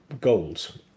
goals